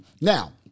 Now